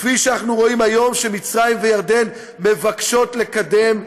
כפי שאנחנו רואים היום שמצרים וירדן מבקשות לקדם,